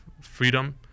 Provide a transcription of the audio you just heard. freedom